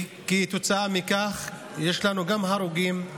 וכתוצאה מכך יש לנו גם הרוגים,